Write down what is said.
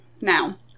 Now